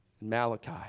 Malachi